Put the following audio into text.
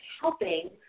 helping